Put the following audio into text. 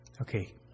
Okay